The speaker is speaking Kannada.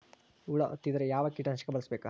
ಹುಳು ಹತ್ತಿದ್ರೆ ಯಾವ ಕೇಟನಾಶಕ ಬಳಸಬೇಕ?